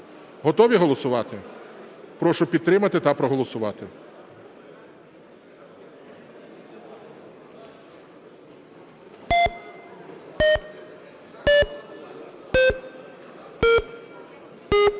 Готові голосувати? Прошу підтримати та проголосувати.